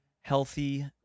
healthy